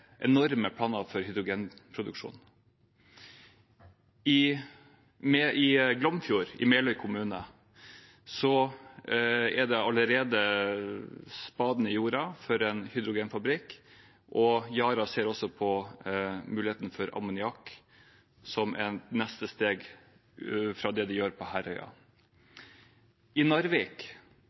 enorme planer for hydrogenproduksjon. I Glomfjord i Meløy kommune er allerede spaden i jorda for en hydrogenfabrikk, og Yara ser også på muligheten for ammoniakk som et neste steg fra det de gjør på Herøya. I Narvik